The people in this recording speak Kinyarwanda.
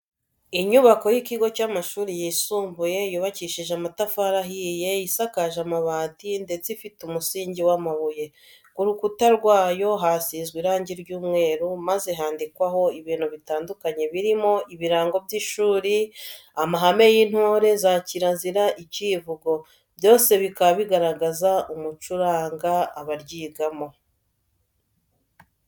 Inyubako y'ikigo cy'amashuri yisumbuye yubakishije amatafari ahiye, isakaje amabati, ndetse ifite umusingi w'amabuye, ku rukuta rwayo kasizwe irangi ry'umweru maze handikwaho ibintu bitandukanye birimo ibirango by'ishuri, amahame y'intore, za kirazira, icyivugo byose bikaba bigaragaza umuco uranga abaryigamo.